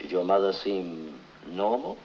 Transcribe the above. to your mother seemed normal